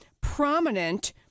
prominent